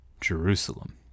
Jerusalem